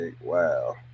Wow